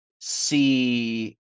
see